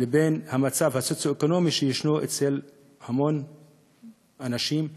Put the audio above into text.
לבין המצב הסוציו-אקונומי אצל המון אנשים.